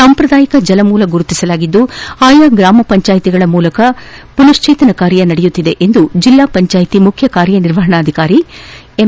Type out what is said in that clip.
ಸಾಂಪ್ರದಾಯಿಕ ಜಲಮೂಲಗಳನ್ನು ಗುರುತಿಸಲಾಗಿದ್ದು ಆಯಾ ಗ್ರಾಮ ಪಂಚಾಯತಿಗಳ ಮೂಲಕ ಪುನಶ್ಷೇತನ ಕಾರ್ಯ ನಡೆಯುತ್ತಿದೆ ಎಂದು ಜಿಲ್ನಾ ಪಂಚಾಯತಿ ಮುಖ್ಯ ಕಾರ್ಯನಿರ್ವಾಹಕ ಅಧಿಕಾರಿ ಎಂ